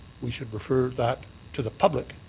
we should refer that to the public